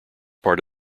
part